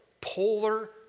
Polar